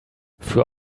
für